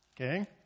Okay